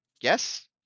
Yes